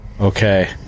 Okay